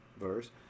verse